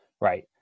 right